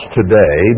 today